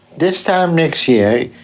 this time next year,